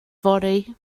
fory